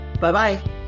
Bye-bye